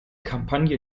kampagne